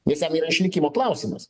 nes jam yra išlikimo klausimas